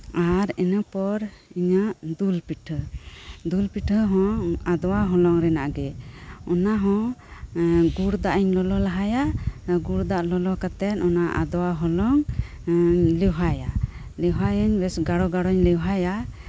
ᱟᱨ ᱤᱱᱟᱹ ᱯᱚᱨ ᱤᱧᱟᱹᱜ ᱫᱩᱞ ᱯᱤᱴᱷᱟᱹ ᱫᱩᱞ ᱯᱤᱴᱷᱟᱹ ᱦᱚᱸ ᱟᱫᱽᱣᱟ ᱦᱚᱞᱚᱝ ᱨᱮᱱᱟᱜ ᱜᱮ ᱚᱱᱟᱦᱚᱸ ᱜᱩᱲ ᱫᱟᱜ ᱤᱧ ᱞᱚᱞᱚ ᱞᱟᱦᱟᱭᱟ ᱜᱩᱲ ᱫᱟᱜ ᱞᱚᱞᱚ ᱠᱟᱛᱮᱫ ᱚᱱᱟ ᱟᱫᱽᱣᱟ ᱦᱚᱞᱚᱝ ᱮᱫ ᱞᱮᱣᱦᱟᱭᱟ ᱞᱮᱣᱦᱟᱭᱟᱹᱧ ᱵᱮᱥ ᱜᱟᱲᱟ ᱜᱟᱲᱟᱧ ᱞᱮᱣᱦᱟᱭᱟ